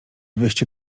wyście